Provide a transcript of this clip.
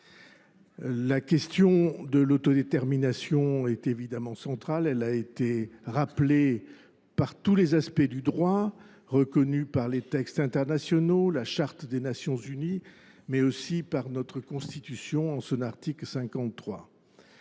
La question de l’autodétermination est évidemment centrale. Elle a été rappelée par tous les aspects du droit : elle est reconnue par les textes internationaux, dont la Charte des Nations unies, mais aussi par notre Constitution, en son article 53.